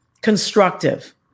constructive